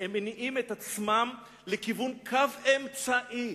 הם מניעים את עצמם לכיוון קו אמצעי.